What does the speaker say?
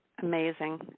Amazing